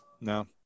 No